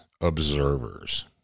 observers